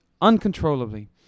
uncontrollably